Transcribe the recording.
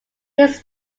his